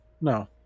No